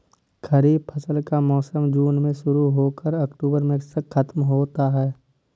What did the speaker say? खरीफ फसल का मौसम जून में शुरू हो कर अक्टूबर में ख़त्म होता है